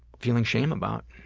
feeling shame about